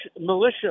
militia